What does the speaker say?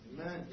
Amen